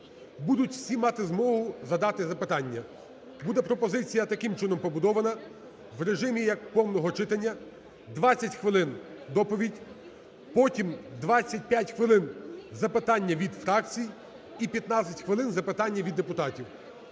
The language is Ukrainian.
будуть всі мати змогу задати запитання. Буде пропозиція таким чином побудована, в режимі як повного читання: 20 хвилин – доповідь, потім 25 хвилин – запитання від фракцій і 15 хвилин – запитання від депутатів.